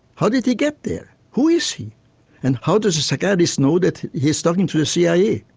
how did he get there, who is he and how does a psychiatrist know that he is talking to the cia?